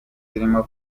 zirimo